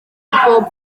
pob